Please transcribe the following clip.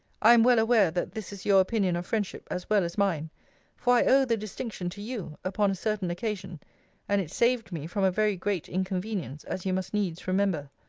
i am well aware that this is your opinion of friendship, as well as mine for i owe the distinction to you, upon a certain occasion and it saved me from a very great inconvenience, as you must needs remember.